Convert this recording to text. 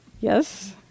Yes